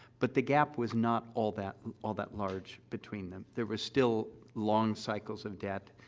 but the gap was not all that all that large between them. there were still long cycles of debt,